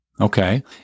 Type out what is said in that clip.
Okay